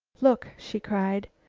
look! she cried.